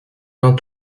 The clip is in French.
vingt